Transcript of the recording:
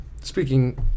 Speaking